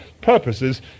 purposes